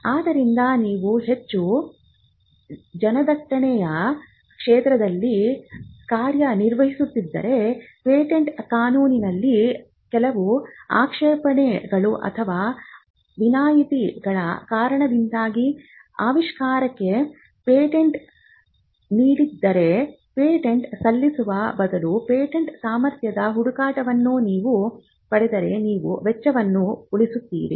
ಆದ್ದರಿಂದ ನೀವು ಹೆಚ್ಚು ಜನದಟ್ಟಣೆಯ ಕ್ಷೇತ್ರದಲ್ಲಿ ಕಾರ್ಯನಿರ್ವಹಿಸುತ್ತಿದ್ದರೆ ಪೇಟೆಂಟ್ ಕಾನೂನಿನಲ್ಲಿ ಕೆಲವು ಆಕ್ಷೇಪಣೆಗಳು ಅಥವಾ ವಿನಾಯಿತಿಗಳ ಕಾರಣದಿಂದಾಗಿ ಆವಿಷ್ಕಾರಕ್ಕೆ ಪೇಟೆಂಟ್ ನೀಡದಿದ್ದರೆ ಪೇಟೆಂಟ್ ಸಲ್ಲಿಸುವ ಬದಲು ಪೇಟೆಂಟ್ ಸಾಮರ್ಥ್ಯದ ಹುಡುಕಾಟವನ್ನು ನೀವು ಪಡೆದರೆ ನೀವು ವೆಚ್ಚವನ್ನು ಉಳಿಸುತ್ತೀರಿ